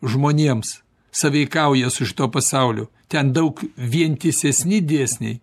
žmonėms sąveikauja su šituo pasauliu ten daug vientisesni dėsniai